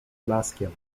blaskiem